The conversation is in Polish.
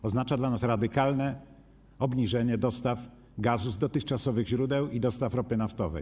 To oznacza dla nas radykalne obniżenie dostaw gazu z dotychczasowych źródeł i dostaw ropy naftowej.